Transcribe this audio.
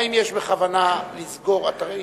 האם יש כוונה לסגור אתרי